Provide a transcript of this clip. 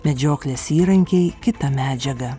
medžioklės įrankiai kita medžiaga